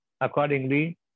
Accordingly